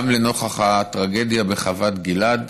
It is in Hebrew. גם לנוכח הטרגדיה בחוות גלעד,